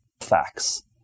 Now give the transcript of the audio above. Facts